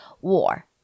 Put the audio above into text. war